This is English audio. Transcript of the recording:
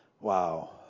Wow